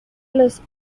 los